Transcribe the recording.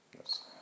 Yes